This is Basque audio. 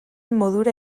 modura